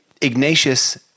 Ignatius